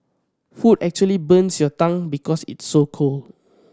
food actually burns your tongue because it's so cold